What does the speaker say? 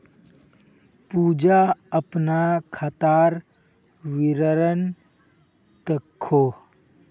पूजा अपना खातार विवरण दखोह